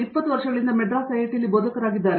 ಇವರು 20 ವರ್ಷಗಳಿಂದ ಮದ್ರಾಸ್ ಐಐಟಿಯಲ್ಲಿ ಬೋಧಕರಾಗಿದ್ದಾರೆ